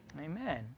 amen